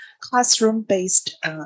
classroom-based